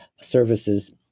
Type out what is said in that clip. services